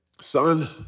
son